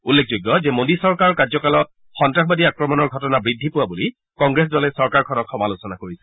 উল্লেখযোগ্য যে মোদী চৰকাৰৰ কাৰ্যকালত সন্নাসবাদী আক্ৰমণৰ ঘটনা বৃদ্ধি পোৱা বুলি কংগ্ৰেছ দলে চৰকাৰখনক সমালোচনা কৰিছিল